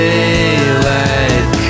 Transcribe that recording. Daylight